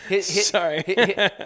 Sorry